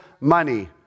money